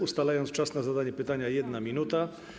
Ustalam czas na zadanie pytania - 1 minuta.